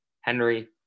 Henry